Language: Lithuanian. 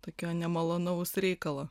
tokio nemalonaus reikalo